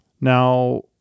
Now